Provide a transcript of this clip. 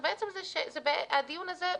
הדיון הזה,